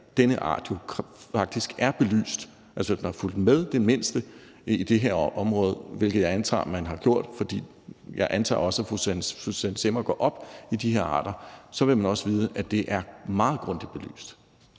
at denne art faktisk er belyst. Altså, hvis man har fulgt det mindste med i det her område, hvilket jeg antager man har gjort, for jeg antager også, at fru Susanne Zimmer går op i de her arter, så vil man også vide, at det er meget grundigt belyst.